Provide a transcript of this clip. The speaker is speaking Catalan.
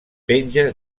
penja